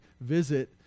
visit